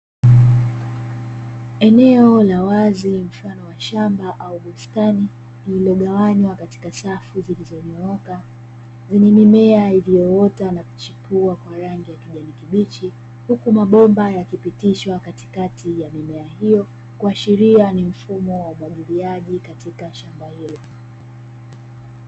Eneo la wazi mfano wa shamba au bustani lililogawanywa katika safu zilizonyooka, zenye mimea iliyoota na kuchipua kwa rangi kijani kibichi huku mabomba yakipitishwa katikati ya mimea hiyo, kuashiria ni mfumo wa umwagiliaji katika shamba hilo.